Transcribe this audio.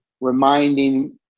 reminding